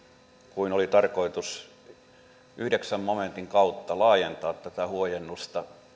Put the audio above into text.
kuin oli tarkoitus yhdeksännen momentin kautta laajentaa tätä huojennusta